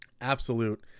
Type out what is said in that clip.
absolute